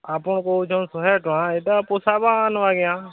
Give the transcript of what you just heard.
ଆପଣ କହୁଛନ୍ ଶହେ ଟଙ୍କା ଇଟା ପୁଷାବା ନ ଆଜ୍ଞା